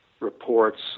Reports